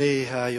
אדוני היושב-ראש,